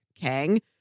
Kang